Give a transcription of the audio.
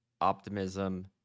optimism